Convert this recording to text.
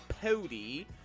Pody